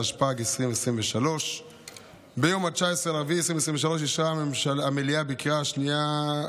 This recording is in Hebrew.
התשפ"ג 2023. ביום 19 באפריל 2023 אישרה המליאה בקריאה שנייה,